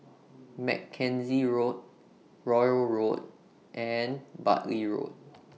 Mackenzie Road Royal Road and Bartley Road